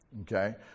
okay